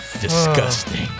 Disgusting